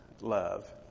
love